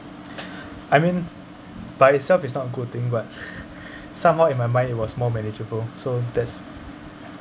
I mean by itself is not a good thing but somehow in my mind it was more manageable so that's